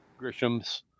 Grishams